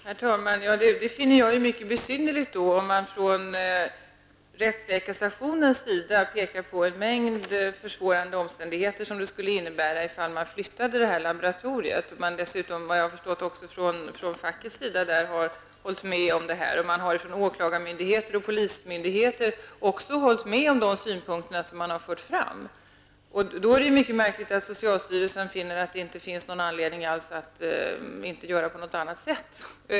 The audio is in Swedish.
Herr talman! Det finner jag mycket besynnerligt om man från rättsläkarstationens sida pekar på en mängd försvårande omständigheter som en förflyttning av laboratoriet skulle innebära. Man har dessutom, såvitt jag förstår, från fackets sida hållit med. Man har från åklagar och polismyndigheten hållit med om de synpunkter som har framförts av rättsläkarstationen. Då är det mycket märkligt att socialstyrelsen finner att det inte finns någon anledning att göra något.